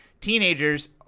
teenagers